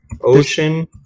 Ocean